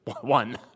One